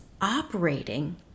operating